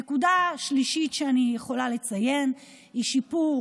נקודה שלישית שאני יכולה לציין היא שיפור